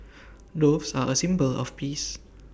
doves are A symbol of peace